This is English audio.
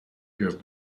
give